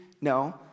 No